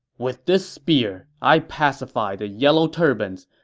with this spear, i pacified the yellow turbans,